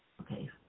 Okay